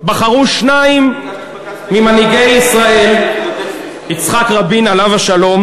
בחרו שניים ממנהיגי ישראל, יצחק רבין עליו השלום,